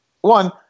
one